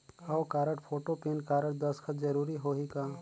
हव card, photo, PAN card, दस्खत जरूरी होही का?